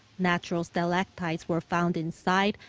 natural stalactites were found inside,